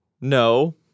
No